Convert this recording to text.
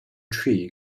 tree